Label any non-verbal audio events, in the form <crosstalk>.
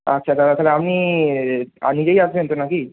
আচ্ছা দাদা তাহলে আপনি <unintelligible> নিজেই আসবেন তো না কি